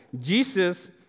Jesus